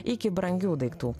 iki brangių daiktų